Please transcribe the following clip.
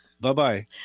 Bye-bye